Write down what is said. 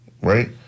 right